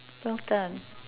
well done